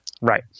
Right